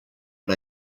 but